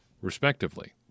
respectively